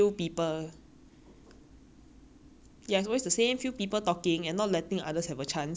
ya it's always the same few people talking and not letting others have a chance that the prof have to ask them to like shut up and sit down